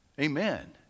Amen